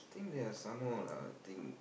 think there are some more lah think